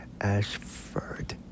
Ashford